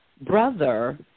brother